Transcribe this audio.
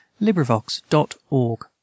LibriVox.org